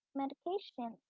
medication